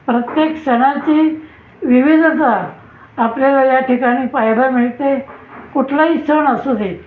प्रत्येक सणाची विविधता आपल्याला या ठिकाणी पाहायला मिळते कुठलाही सण असू दे